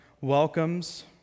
welcomes